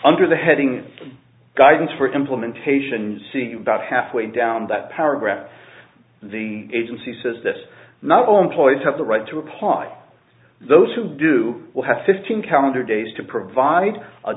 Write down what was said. under the heading guidance for implementation see about halfway down that paragraph the agency says that's not on please have the right to apply those who do will have fifteen calendar days to provide a